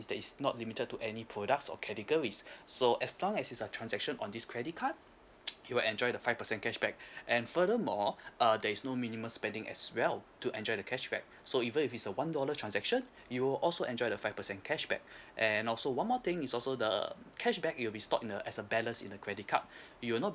is that it's not limited to any products or categories so as long as it's a transaction on this credit card you'll enjoy the five percent cashback and further more uh there is no minimum spending as well to enjoy the cashback so even if it's a one dollar transaction you'll also enjoy the five percent cashback and also one more thing is also the cashback it'll be stored in a as a balance in the credit card is it you'll not